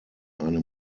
eine